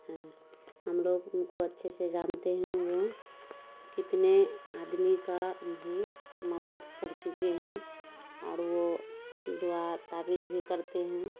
ہیں ہم لوگ ان کو اچھے سے جانتے ہیں اور وہ کتنے آدمی کا بھی مدد کر چکے ہیں اور وہ دعا تعویذ بھی کرتے ہیں